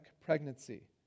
pregnancy